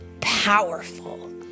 powerful